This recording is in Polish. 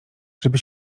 żeby